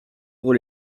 pour